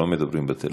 לא מדברים בטלפון.